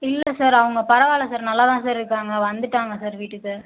இல்லை சார் அவங்க பரவாயில்ல சார் நல்லா தான் சார் இருக்காங்க வந்துவிட்டாங்க சார் வீட்டுக்கு